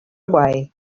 away